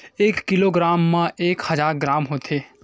एक किलोग्राम मा एक हजार ग्राम होथे